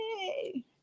Yay